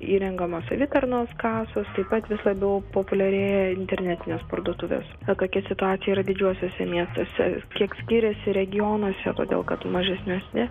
įrengiamos savitarnos kasos taip pat vis labiau populiarėja internetinės parduotuvės kokia situacija yra didžiuosiuose miestuose kiek skiriasi regionuose todėl kad mažesniuose